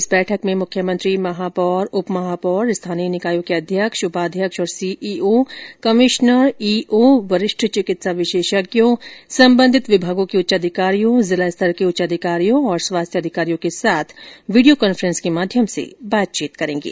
इस बैठक में मुख्यमंत्री महापौर उप महापौर स्थानीय निकायों के अध्यक्ष उपाध्यक्ष और सीईओ कमिश्नर ईओ वरिष्ठ चिकित्सा विशेषज्ञों संबंधित विमागों के उच्च अधिकारी जिला स्तर के उच्च अधिकारियों और स्वास्थ्य अधिकारियों के साथ वीडियो कॉन्फ्रेंस के माध्यम से बातचीत करेंगे